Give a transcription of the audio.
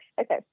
Okay